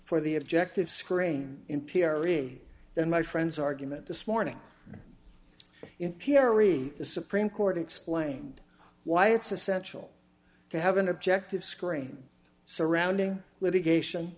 for the objective screen in p r a than my friend's argument this morning in perry the supreme court explained why it's essential to have an objective screen surrounding litigation